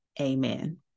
Amen